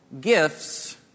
gifts